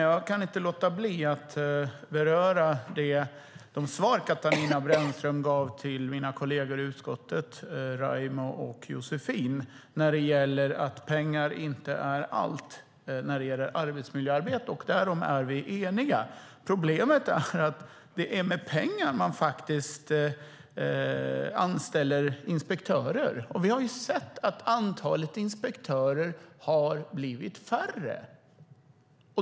Jag kan inte låta bli att beröra de svar som Katarina Brännström gav till mina kolleger i utskottet, Raimo Pärssinen och Josefin Brink i fråga om att pengar inte är allt när det gäller arbetsmiljöarbete. Därom är vi eniga. Problemet är att det faktiskt är med pengar som man anställer inspektörer. Vi har sett att antalet inspektörer har blivit mindre.